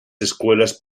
escuelas